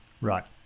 Right